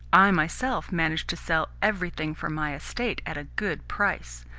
i myself managed to sell everything from my estate at a good price.